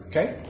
Okay